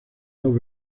dos